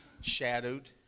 shadowed